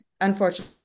unfortunately